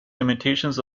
imitations